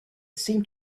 seemed